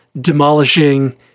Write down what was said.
demolishing